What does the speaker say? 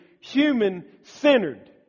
human-centered